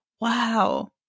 wow